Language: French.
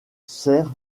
sert